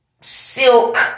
silk